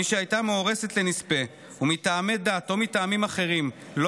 מי שהייתה מאורסת לנספה ומטעמי דת או מטעמים אחרים לא